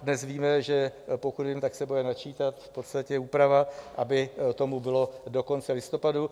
Dnes víme, pokud vím, tak se bude načítat v podstatě úprava, aby tomu tak bylo do konce listopadu.